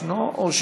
הוא נמצא,